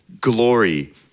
glory